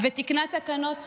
תיקנה תקנות,